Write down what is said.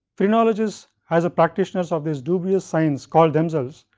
phrenologists has a practitioners of these dubious science called themselves,